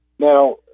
Now